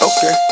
Okay